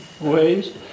ways